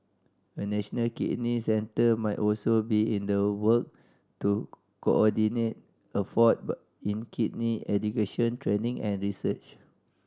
a national kidney centre might also be in the work to coordinate effort in kidney education training and research